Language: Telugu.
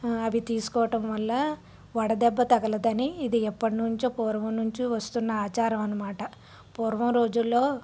అవి తీసుకోవడం వల్ల వడదెబ్బ తగలదు అని ఇది ఎప్పటినుంచో పూర్వం నుంచి వస్తున్న ఆచారం అన్నమాట పూర్వం రోజులలో